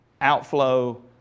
outflow